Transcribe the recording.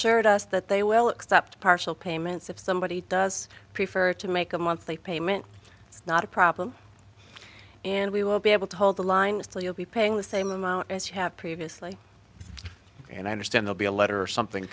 assured us that they will accept partial payments if somebody does prefer to make a monthly payment it's not a problem and we will be able to hold the line still you'll be paying the same amount as you have previously and i understand they'll be a letter or something